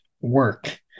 work